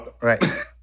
right